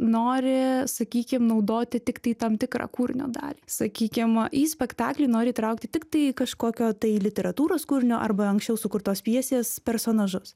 nori sakykim naudoti tiktai tam tikrą kūrinio dalį sakykim į spektaklį nori įtraukti tiktai kažkokio tai literatūros kūrinio arba anksčiau sukurtos pjesės personažus